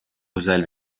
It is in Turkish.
özel